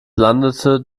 landete